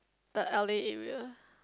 the L_A area